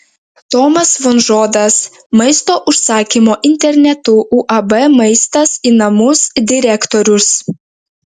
tomas vonžodas maisto užsakymo internetu uab maistas į namus direktorius